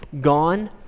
gone